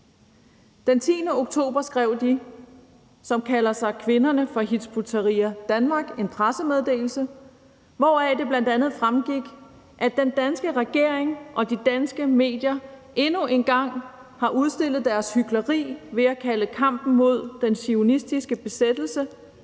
Den 10. oktober skrev de, som kalder sig kvinderne fra Hizb ut-Tahrir Danmark, en pressemeddelelse, hvoraf det bl.a. fremgik, at den danske regering og de danske medier endnu en gang har udstillet deres hykleri ved at kalde kampen mod den zionistiske besættelse